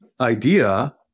idea